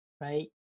Right